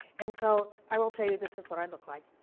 and so i will tell you this is what i looked like.